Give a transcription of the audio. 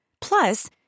Plus